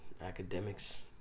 Academics